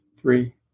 three